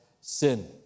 sin